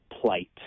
plight